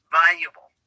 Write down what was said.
valuable